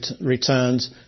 returns